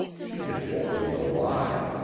she had told me a lie.